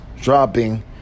dropping